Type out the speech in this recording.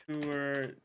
tour